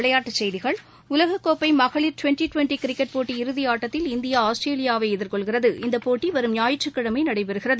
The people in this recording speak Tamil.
விளையாட்டுச் செய்திகள் உலகக்கோப்பை மகளிர் டிவெண்டி டிவெண்டி கிரிக்கெட் போட்டி இறுதி ஆட்டத்தில் இந்தியா ஆஸ்திரேலியாவை எதிர்னெள்கிறது இறுதிப்போட்டி வரும் ஞாயிற்றுக்கிழமை நடைபெறுகிறது